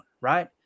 right